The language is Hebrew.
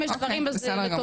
אם יש דברים לטובה,